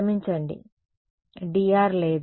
క్షమించండి dr లేదు